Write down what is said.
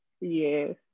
Yes